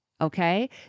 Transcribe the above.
okay